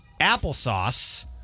applesauce